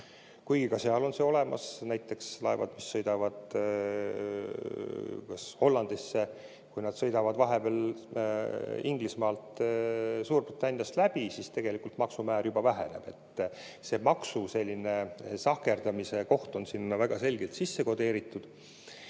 Kuigi ka seal on see olemas. Näiteks laevadel, mis sõidavad Hollandisse, kui nad sõidavad vahepeal Inglismaalt, Suurbritanniast läbi, tegelikult maksumäär juba väheneb. See maksu selline sahkerdamise koht on sinna väga selgelt sisse kodeeritud.